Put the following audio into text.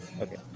Okay